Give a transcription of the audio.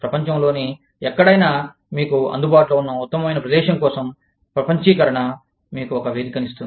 ప్రపంచంలోని ఎక్కడైనా మీకు అందుబాటులో ఉన్న ఉత్తమమైన ప్రదేశం కోసం ప్రపంచీకరణ మీకు ఒక వేదికను ఇస్తుంది